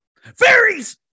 fairies